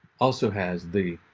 also has the